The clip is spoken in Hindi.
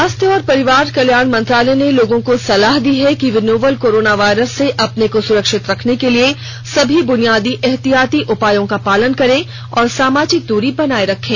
स्वास्थ्य और परिवार कल्याण मंत्रालय ने लोगों को सलाह दी है कि वे नोवल कोरोना वायरस से अपने को सुरक्षित रखने के लिए सभी बुनियादी एहतियाती उपायों का पालन करें और सामाजिक दूरी बनाए रखें